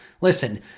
Listen